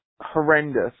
horrendous